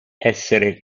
essere